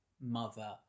mother